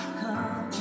come